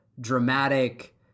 dramatic